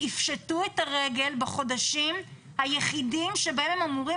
יפשטו את הרגל בחודשים היחידים שבהם הם אמורים